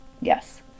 Yes